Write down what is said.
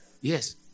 Yes